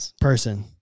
person